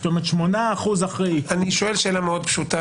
זאת אומרת 8% אחרי --- אני שואל שאלה פשוטה מאוד,